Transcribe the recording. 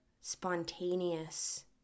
spontaneous